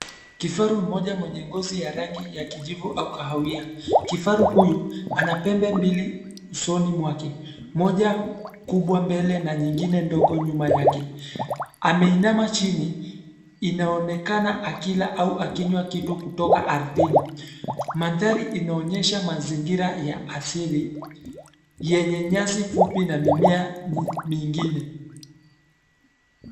Kifaru mmoja mwenye ngozi ya rangi ya kijivu au kahawia. Kifaru huyu ana pembe mbili usoni mwake, moja kubwa mbele na nyingine ndogo nyuma yake. Ameinama chini, inaonekana akila au akinywa kitu kutoka ardhini. Mandhari inaonyesha mazingira ya asili yenye nyasi fupi na mimea mingine.